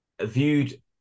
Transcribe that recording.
viewed